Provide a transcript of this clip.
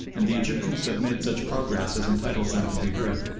and the egyptians have made such progress as entitles them to be heard.